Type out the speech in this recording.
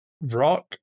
rock